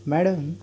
madam